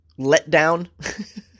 letdown